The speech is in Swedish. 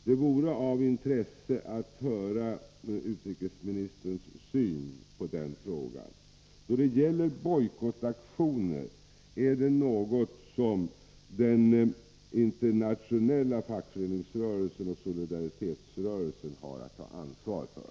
Det vore av intresse att höra utrikesministerns syn på denna fråga. Bojkottaktioner är något som den internationella fackföreningsrörelsen och solidaritetsrörelsen har att ta ansvar för.